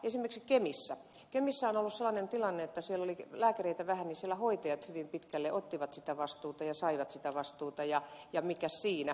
kun esimerkiksi kemissä on ollut sellainen tilanne että siellä oli lääkäreitä vähän niin siellä hoitajat hyvin pitkälle ottivat ja saivat sitä vastuuta ja mikäs siinä